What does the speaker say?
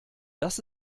das